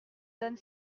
donne